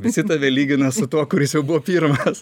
visi tave lygina su tuo kuris jau buvo pirmas